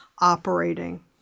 operating